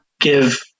give